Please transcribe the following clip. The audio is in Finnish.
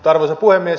arvoisa puhemies